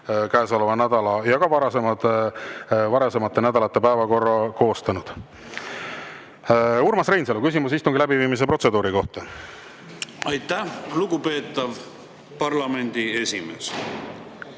käesoleva nädala ja ka varasemate nädalate päevakorra koostanud. Urmas Reinsalu, küsimus istungi läbiviimise protseduuri kohta. Aitäh, hea kolleeg! Ma ei